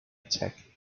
attack